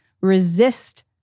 Resist